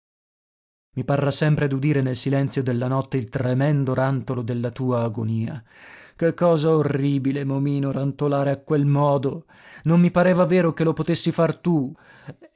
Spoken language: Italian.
i parrà sempre d'udire nel silenzio della notte il tremendo rantolo della tua agonia che cosa orribile momino rantolare a quel modo non mi pareva vero che lo potessi far tu